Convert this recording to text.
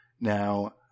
Now